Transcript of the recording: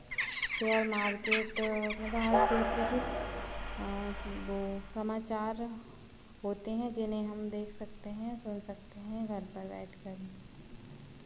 share market मतलब हर क्षेत्र की वो समाचार होती हैं जिन्हें हम देख सकते हैं सुन सकते हैं घर पर बैठ कर ही